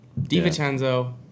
Divincenzo